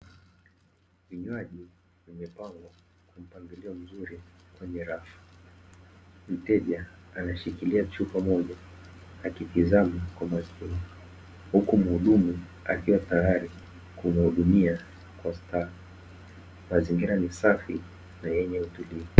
Vinywaji vimepangwa kwa mpangilio mzuri kwenye rafu, mteja ameshikilia chupa moja akitazama kwa makini huku muhudumu akiwa tayari kumuhudumia kwa stara, Mazingira ni safi na yenye utulivu.